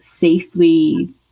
safely